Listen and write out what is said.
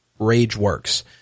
RageWorks